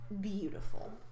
beautiful